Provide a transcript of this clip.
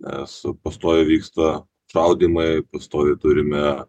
nes pastoviai vyksta šaudymai pastoviai turime